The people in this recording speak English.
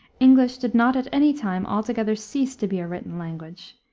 english did not at any time altogether cease to be a written language,